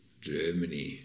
Germany